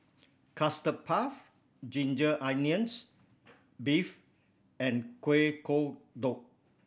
Custard Puff ginger onions beef and Kueh Kodok